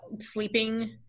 sleeping